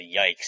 yikes